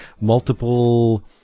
multiple